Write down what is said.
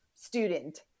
student